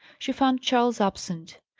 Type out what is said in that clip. she found charles absent,